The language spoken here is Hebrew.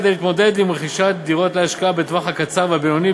כדי להתמודד עם רכישת דירות להשקעה בטווח הקצר והבינוני,